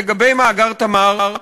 לגבי מאגר "תמר",